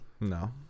No